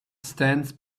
stands